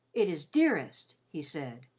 it is dearest, he said.